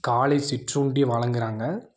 காலை சிற்றுண்டி வழங்குறாங்க